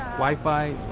wifi